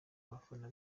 abafana